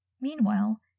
Meanwhile